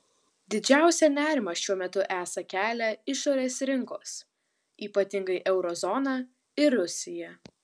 didžiausią nerimą šiuo metu esą kelia išorės rinkos ypatingai euro zona ir rusija